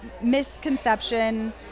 misconception